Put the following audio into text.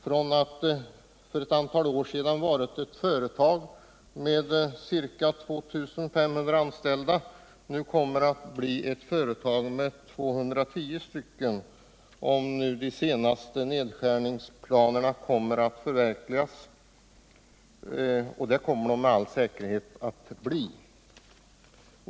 Från att för ett antal år sedan ha varit ett företag med ca 2 500 anställda, kommer företaget att få 210 anställda om de senaste nedskärningsplanerna förverkligas, och det kommer med all säkerhet att ske.